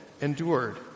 endured